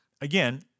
again